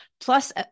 plus